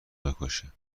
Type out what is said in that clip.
بکشه